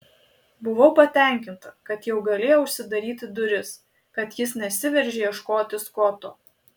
buvau patenkinta kad jau galėjau užsidaryti duris kad jis nesiveržė ieškoti skoto